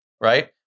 right